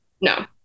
No